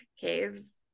caves